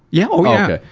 yeah, oh yeah!